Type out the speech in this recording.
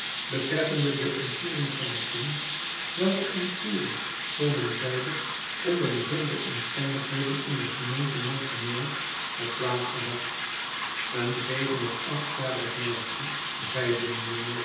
betreffende de ontvoering van een kind welke ontvoering zoo men zeide onder bijzondere omstandigheden in de gemeente montfermeil had plaats gehad een zeven of achtjarig meisje